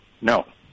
no